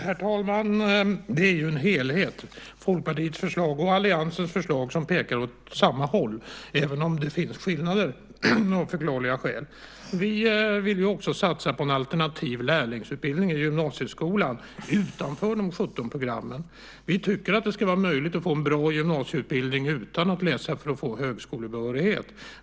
Herr talman! Det är ju en helhet, Folkpartiets förslag och alliansens förslag, som pekar åt samma håll, även om det finns skillnader av förklarliga skäl. Vi vill också satsa på en alternativ lärlingsutbildning i gymnasieskolan utanför de 17 programmen. Vi tycker att det ska vara möjligt att få en bra gymnasieutbildning utan att läsa för att få högskolebehörighet.